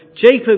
Jacob